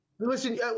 Listen